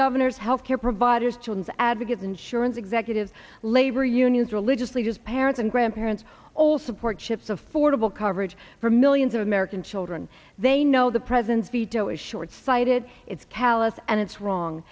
governors health care providers jones advocates insurance executives labor unions religious leaders parents and grandparents all support chips affordable coverage for millions of american children they know the president's veto is shortsighted it's callous and it's wrong